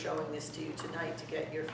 showing this to you tonight to get your